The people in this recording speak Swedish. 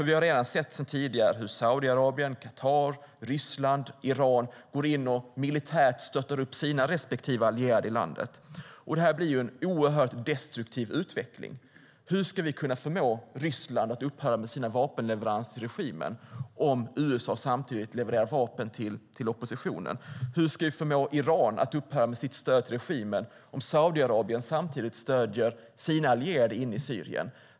Vi har redan tidigare sett hur Saudiarabien, Qatar, Ryssland och Iran gått in och stöttat upp sina respektive allierade i landet militärt. Detta leder till en oerhört destruktiv utveckling. Hur ska vi kunna förmå Ryssland att upphöra med sina vapenleveranser till regimen om USA samtidigt levererar vapen till oppositionen? Hur ska vi förmå Iran att upphöra med sitt stöd till regimen om Saudiarabien samtidigt stöder sina allierade i Syrien?